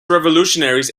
revolutionaries